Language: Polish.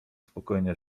spokojnie